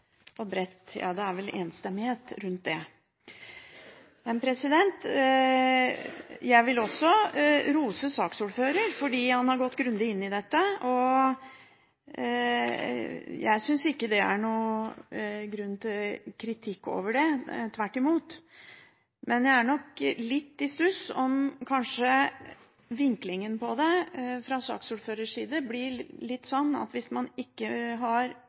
enstemmighet rundt. Jeg vil også rose saksordføreren fordi han har gått grundig inn i dette, og jeg synes ikke det er noen grunn til kritikk av det – tvert imot. Men jeg er nok litt i stuss over vinklingen på det fra saksordførerens side med hensyn til om man ikke har